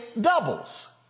doubles